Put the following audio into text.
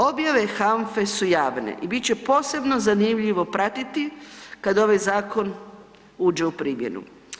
Objave HANFA-e su javne i bit će posebno zanimljivo pratiti kad ovaj zakon uđe u primjenu.